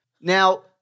Now –